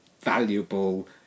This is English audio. valuable